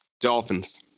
Dolphins